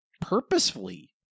purposefully